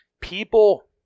people